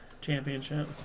championship